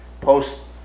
post